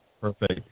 Perfect